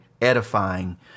edifying